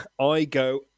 iGo